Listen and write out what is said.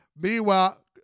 Meanwhile